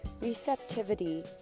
receptivity